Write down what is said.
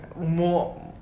More